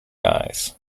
eyes